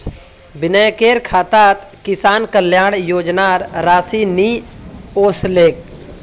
विनयकेर खातात किसान कल्याण योजनार राशि नि ओसलेक